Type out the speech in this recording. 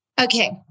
Okay